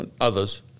others